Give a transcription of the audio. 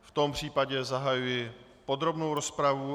V tom případě zahajuji podrobnou rozpravu.